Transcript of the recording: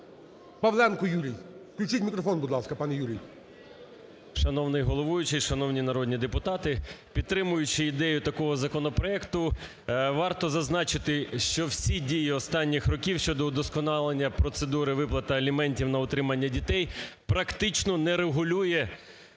Павленко Юрій. Включіть мікрофон, будь ласка, пане Юрій. 17:58:45 ПАВЛЕНКО Ю.О. Шановний головуючий, шановні народні депутати, підтримуючи ідею такого законопроекту, варто зазначити, що всі дії останніх років щодо удосконалення процедури виплати аліментів на утримання дітей практично не регулює